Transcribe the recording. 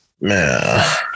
Man